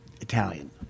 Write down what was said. Italian